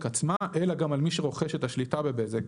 עצמה אלא גם על מי שרוכש את השליטה בבזק,